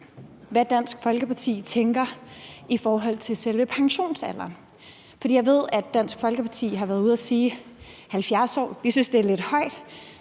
hvad Dansk Folkeparti tænker om selve pensionsalderen. For jeg ved, at Dansk Folkeparti har været ude og sige, at den højst